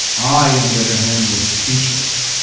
i, on the other hand, was speechless.